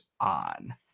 On